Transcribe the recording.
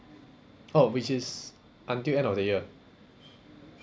oh which is until end of the year